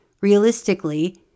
realistically